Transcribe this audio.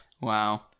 Wow